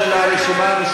סלימאן,